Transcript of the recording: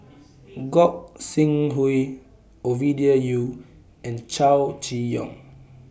Gog Sing Hooi Ovidia Yu and Chow Chee Yong